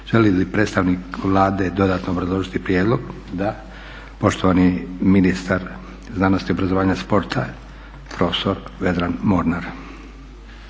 Želi li predstavnik Vlade dodatno obrazložiti prijedlog? Da. Poštovani ministar znanosti, obrazovanja i sporta profesor Vedran Moranar.